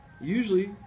usually